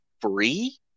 free